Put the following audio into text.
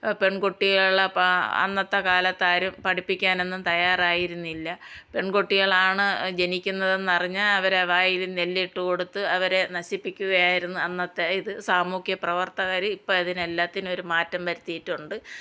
പെൺകുട്ടികളെ പ അന്നത്തെ കാലത്ത് ആരും പഠിപ്പിക്കാനൊന്നും തയ്യാറായിരുന്നില്ല പെൺകുട്ടികളാണ് ജനിക്കുന്നതെന്ന് അറിഞ്ഞാൽ അവരുടെ വായിൽ നെല്ലിട്ട് കൊടുത്ത് അവരെ നശിപ്പിക്കുകയായിരുന്നു അന്നത്തെ ഇത് സാമൂഹ്യപ്രവർത്തകർ ഇപ്പം അതിനെല്ലാത്തിനും ഒരു മാറ്റം വരുത്തിയിട്ടുണ്ട്